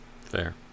Fair